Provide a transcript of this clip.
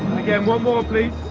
and one more, please.